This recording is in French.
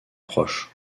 proche